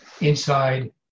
inside